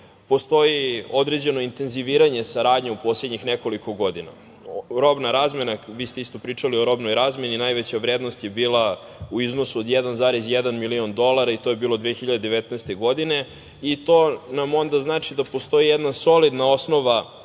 postoji određeno intenziviranje saradnje u poslednjih nekoliko godina. Robna razmena, vi ste isto pričali o robnoj razmeni, najveća vrednost je bila u iznosu od 1,1 milion dolara i to je bilo 2019. godine i to nam onda znači da postoji jedna solidna osnova